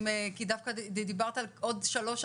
כי דווקא דיברת על עוד שלוש,